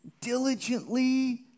diligently